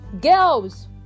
girls